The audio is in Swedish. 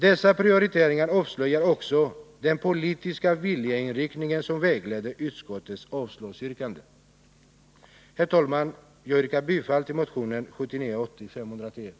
Dessa prioriteringar avslöjar också den politiska viljeinriktning som vägleder utskottets avslagsyrkanden. Herr talman! Jag yrkar bifall till motion 1979/80:510.